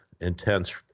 intense